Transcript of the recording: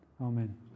Amen